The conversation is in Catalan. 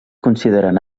consideren